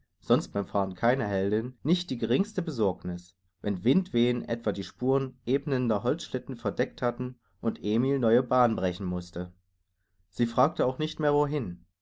sonst beim fahren keine heldin nicht die geringste besorgniß wenn windwehen etwa die spuren ebnender holzschlitten verdeckt hatten und emil neue bahn brechen mußte sie fragte auch nicht mehr wohin